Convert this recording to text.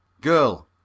Girl